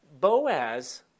Boaz